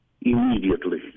immediately